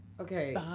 Okay